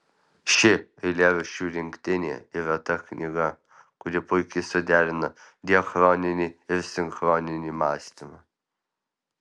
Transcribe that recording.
ši eilėraščių rinktinė yra ta knyga kuri puikiai suderina diachroninį ir sinchroninį mąstymą